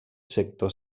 sector